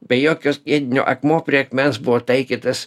be jokios skiedinio akmuo prie akmens buvo taikytas